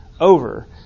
over